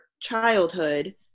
childhood